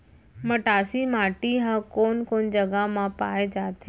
मटासी माटी हा कोन कोन जगह मा पाये जाथे?